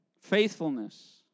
faithfulness